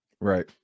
Right